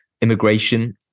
Immigration